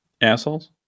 assholes